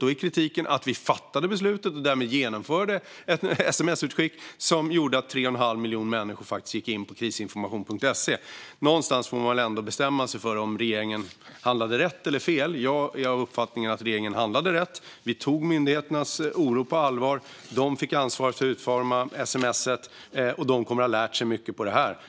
Då kritiseras regeringen för att den fattade beslutet och därmed genomförde ett sms-utskick som gjorde att 3 1⁄2 miljon människor faktiskt gick in på Krisinformation.se Någonstans får man väl ändå bestämma sig för om regeringen handlade rätt eller fel. Jag är av uppfattningen att regeringen handlade rätt. Vi tog myndigheternas oro på allvar. De fick ansvar för att utforma sms:et, och de kommer att ha lärt sig mycket av detta.